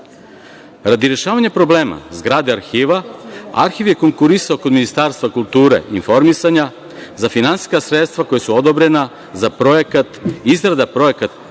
rešavanja problema zgrade Arhiva, Arhiv je konkurisao kod Ministarstva kulture i informisanja za finansijska sredstva koja su odobrena za projekat